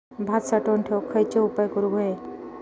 भात साठवून ठेवूक खयचे उपाय करूक व्हये?